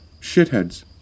Shitheads